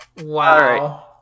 Wow